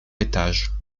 étage